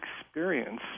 experience